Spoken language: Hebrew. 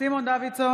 סימון דוידסון,